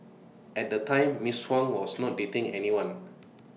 at the time miss Huang was not dating anyone